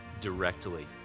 directly